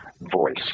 voice